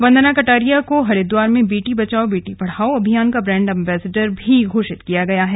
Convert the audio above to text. वंदना कटारिया को हरिद्वार में बेटी बचाओ बेटी पढ़ाओ अभियान का ब्रैंड अम्बेसडर भी घोषित किया गया है